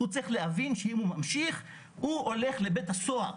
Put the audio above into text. הוא צריך להבין שאם הוא ממשיך הוא הולך לבית הסוהר.